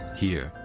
here,